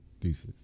deuces